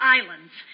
Islands